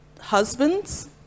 husbands